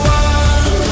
one